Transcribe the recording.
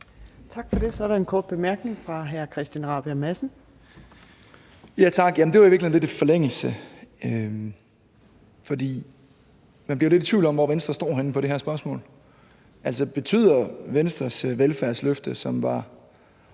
for det. Så er der en kort bemærkning fra hr. Christian Rabjerg Madsen. Kl. 18:25 Christian Rabjerg Madsen (S): Tak. Det var i virkeligheden lidt i forlængelse af det, for man bliver jo lidt i tvivl om, hvor Venstre står henne i det her spørgsmål. Betyder Venstres velfærdsløfte, som var